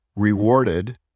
rewarded